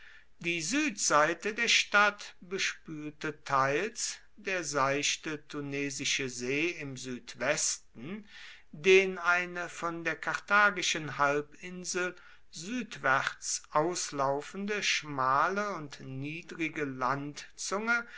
die südseite der stadt bespülte teils der seichte tunesische see im südwesten den eine von der karthagischen halbinsel südwärts auslaufende schmale und niedrige landzunge